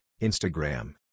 Instagram